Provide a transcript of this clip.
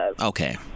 Okay